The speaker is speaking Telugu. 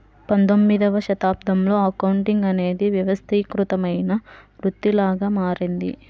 పంతొమ్మిదవ శతాబ్దంలో అకౌంటింగ్ అనేది వ్యవస్థీకృతమైన వృత్తిలాగా మారింది